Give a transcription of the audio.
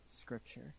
Scripture